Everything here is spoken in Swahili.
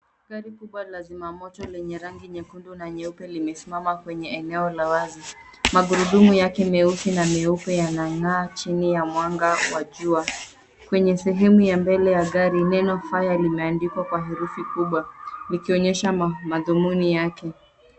Gari kubwa la zimamoto lenye rangi nyekundu na nyeupe limesimama kwenye eneo la wazi. Magurudumu yake meusi na meupe yanang'aa chini ya mwanga wa jua. Kwenye sehemu ya mbele neno fire limeandikwa kwa herufi kubwa likionyesha madhumuni yake.